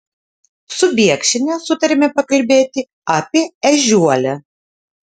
su biekšiene sutarėme pakalbėti apie ežiuolę